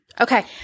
Okay